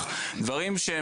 בדרך,